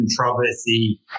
controversy